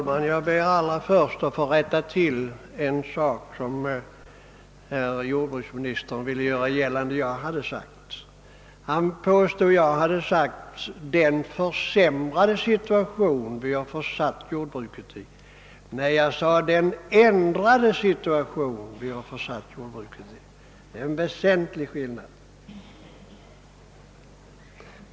Herr talman! Jordbruksministern påstod att jag hade sagt »den försämrade situation vi har försatt jordbruket i». Jag sade »den ändrade situation vi försatt jordbruket i». Det är en väsentlig skillnad.